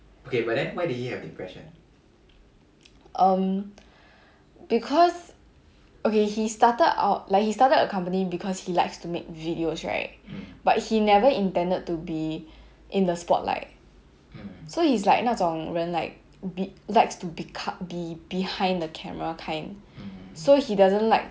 um because okay he started out like he started the company because he likes to make videos right but he never intended to be in the spotlight